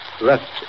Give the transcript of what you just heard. left